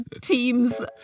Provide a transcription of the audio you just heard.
Teams